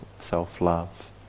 self-love